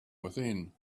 within